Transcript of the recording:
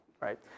right